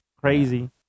crazy